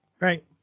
Right